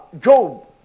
Job